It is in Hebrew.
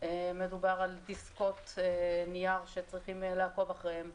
מדובר על דיסקות נייר שצריכים לעקוב אחריהן,